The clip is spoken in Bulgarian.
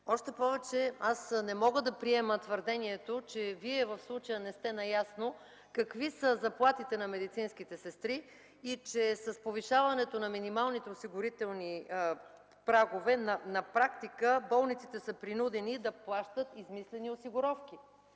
Още повече аз не мога да приема твърдението, че Вие в случая не сте наясно какви са заплатите на медицинските сестри и че с повишаването на минималните осигурителни прагове на практика болниците са принудени да плащат измислени осигуровки.